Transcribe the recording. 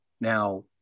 now